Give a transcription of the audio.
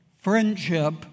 friendship